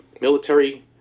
military